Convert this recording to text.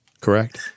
Correct